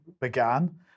began